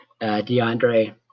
DeAndre